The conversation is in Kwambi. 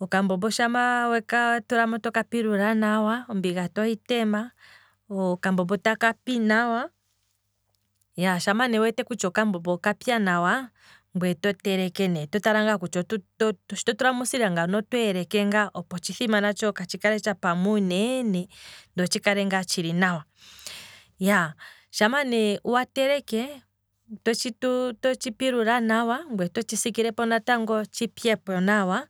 okambombo shama weka tulamo ngweye toka pilula nawa, ombiga tohi tema, okambombo taka pi nawa, shama ne wu wete kutya okambombo okapya nawa, ngweye oto teleke nee, oto tala ngaa kutya oto- to shi to tulamo uusila ngano oto eleke ngaa, opo otshithima natsho katshi kale tsha pama uunene, no tshikale ngaa tshili nawa, shama ne wa teleke, to tshi pilula nawa, ngweye oto tshi siikile natango tshi pyepo nawa